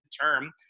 term